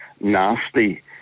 nasty